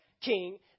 king